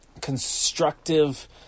constructive